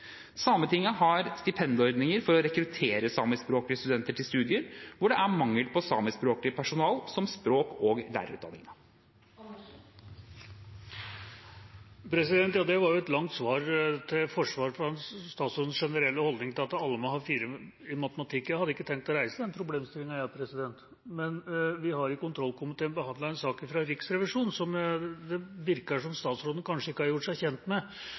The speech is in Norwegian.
Sametinget har stipendordninger for å rekruttere samiskspråklige studenter til studier der det er mangel på samiskspråklig personale, som språk- og lærerutdanninger. Det var et langt svar til forsvar for statsrådens generelle holdning til at alle må ha 4 i matematikk. Jeg hadde ikke tenkt å reise den problemstillingen. Vi har i kontrollkomiteen behandlet en sak fra Riksrevisjonen som det virker som om statsråden kanskje ikke har gjort seg kjent med,